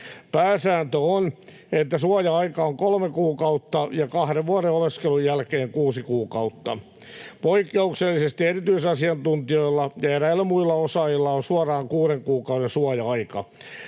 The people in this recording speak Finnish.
Pääsääntö on, että suoja-aika on kolme kuukautta ja kahden vuoden oleskelun jälkeen kuusi kuukautta. Poikkeuksellisesti erityisasiantuntijoilla ja eräillä muilla osaajilla on suoraan kuuden kuukauden suoja-aika.